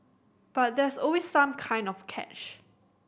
but there's always some kind of catch